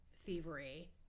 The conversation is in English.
thievery